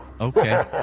Okay